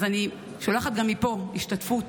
אז אני שולחת גם מפה השתתפות